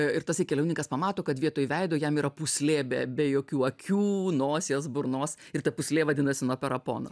ir tasai keliauninkas pamato kad vietoj veido jam yra pūslė be be jokių akių nosies burnos ir ta pūslė vadinasi nopera pona